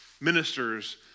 ministers